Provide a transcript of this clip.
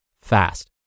fast